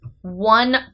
one